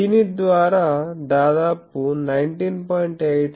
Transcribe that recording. దీని ద్వారా దాదాపు 19